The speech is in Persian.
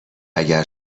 اگر